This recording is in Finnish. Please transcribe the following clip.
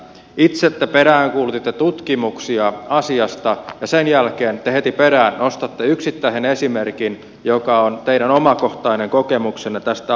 itse te peräänkuulutitte tutkimuksia asiasta ja sen jälkeen te heti perään nostatte yksittäisen esimerkin joka on teidän omakohtainen kokemuksenne tästä asiasta